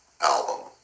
album